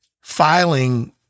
filing